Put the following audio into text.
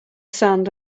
sand